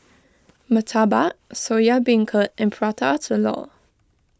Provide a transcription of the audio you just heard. Murtabak Soya Beancurd and Prata Telur